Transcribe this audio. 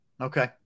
Okay